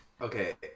Okay